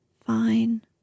fine